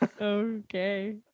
Okay